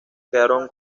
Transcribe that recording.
quedaron